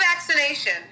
vaccination